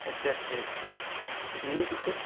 একটি হচ্ছে mini cricket